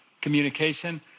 communication